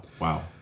wow